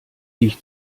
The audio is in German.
dich